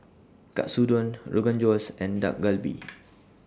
Katsudon Rogan Josh and Dak Galbi